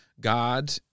God